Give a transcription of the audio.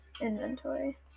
inventory